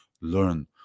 learn